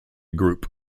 group